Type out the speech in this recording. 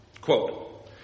Quote